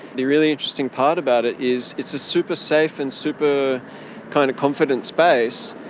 the really interesting part about it is it's a super safe and super kind of confident space,